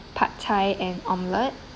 pad thai and omelet